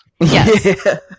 Yes